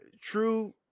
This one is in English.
true